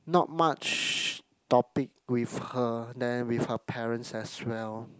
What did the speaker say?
not much topic with her then with her parents as well